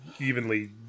evenly